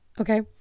okay